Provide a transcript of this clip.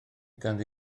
ganddi